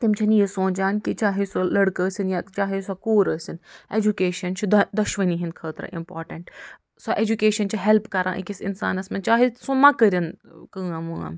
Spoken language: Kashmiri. تِم چھِنہٕ یہِ سونٛچان کہِ چاہے سُہ لٔڑکہٕ ٲسِنۍ یا چاہے سۄ کوٗر ٲسِنۍ ایٚجوکیشَن چھِ دۄشؤنی ہنٛدۍ خٲطرٕ اِمپارٹیٚنٛٹ سۄ ایٚجوٗکیشَن چھِ ہیٚلٕپ کران أکِس اِنسانَس منٛز چاہے سُہ مَہ کٔرِنۍ کٲم وٲم